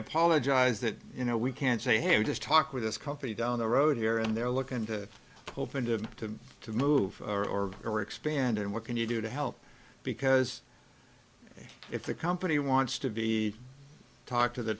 apologize that you know we can't say hey we just talked with this company down the road here and they're looking to open to to to move or or expand and what can you do to help because if the company wants to be talk to the